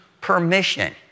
permission